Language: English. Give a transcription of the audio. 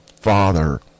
father